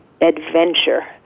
adventure